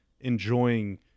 enjoying